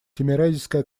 тимирязевская